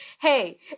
hey